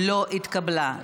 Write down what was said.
לא התקבלה.